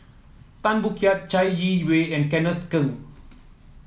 Tan Boo Liat Chai Yee Wei and Kenneth Keng